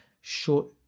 short